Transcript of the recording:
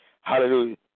Hallelujah